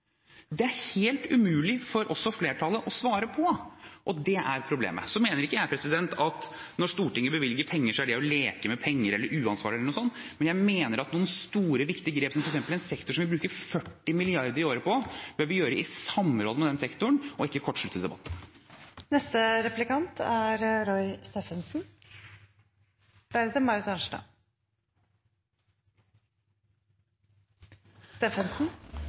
Det er helt umulig for flertallet å svare på også, og det er problemet. Jeg mener ikke at når Stortinget bevilger penger, så er det å leke med penger, uansvarlig eller noe sånt, men jeg mener at noen store, viktige grep, f.eks. for en sektor som vi bruker 40 mrd. kr i året på, bør vi ta i samråd med den sektoren og ikke kortslutte debatten. Fremskrittspartiet er